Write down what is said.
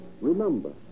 Remember